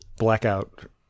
Blackout